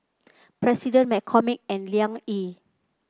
President McCormick and Liang Yi